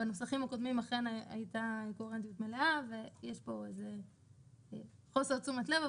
בנוסחים הקודמים אכן הייתה קוהרנטיות מלאה ויש פה חוסר תשומת לב,